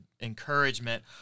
encouragement